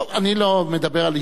אני לא מדבר על אישים.